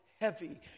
heavy